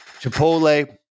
chipotle